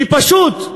ופשוט,